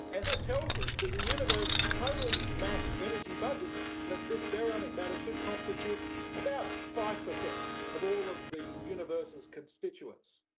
and that tells us that the universe total mass energy budget that this baryonic matter should constitute about five percent of all of the universe's constituents.